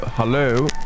Hello